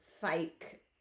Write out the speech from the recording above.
fake